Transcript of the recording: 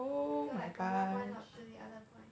so like from one point knock to the other point